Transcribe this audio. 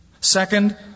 Second